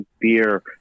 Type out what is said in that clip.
beer